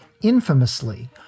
infamously